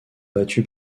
battue